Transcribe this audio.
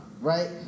right